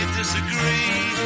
disagree